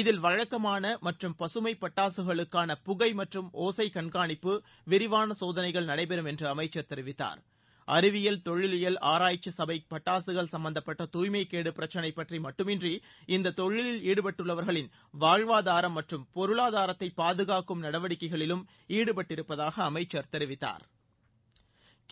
இதில் வழக்கமான மற்றும் பசுமை பட்டாசுகளுக்கான புகை மற்றும் ஒசை கண்காணிப்பு விரிவான சோதனைகள் நடைபெறும் என்று அமைச்சர் தெரிவித்தார் அறிவில் தொழிலியல் ஆராய்ச்சி சபை பட்டாசுகள் சம்பந்தப்பட்ட தூய்மைக்கேடு பிரச்சினை பற்றி மட்டுமன்றி இந்த தொழிலில் ஈடுபட்டுள்ளவர்களின் வாழ்வாதாரம் மற்றும் பொருளாதாரத்தை பாதுகாக்கும் நடவடிக்கைகளிலும் ஈடுபட்டிருப்பதாக அமைச்சர் தெரிவித்தார்